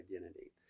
identity